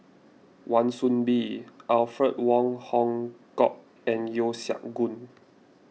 Wan Soon Bee Alfred Wong Hong Kwok and Yeo Siak Goon